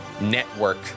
network